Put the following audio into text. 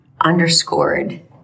underscored